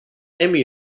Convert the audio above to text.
emmy